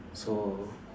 so